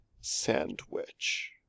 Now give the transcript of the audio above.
Sandwich